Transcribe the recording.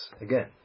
again